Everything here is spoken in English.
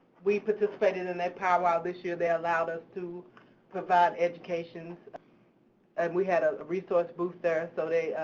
we participated in their pow wow this year. they allowed us to provide education and we had a resource booth there so they,